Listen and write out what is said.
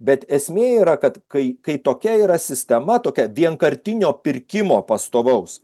bet esmė yra kad kai kai tokia yra sistema tokia vienkartinio pirkimo pastovaus